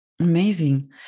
Amazing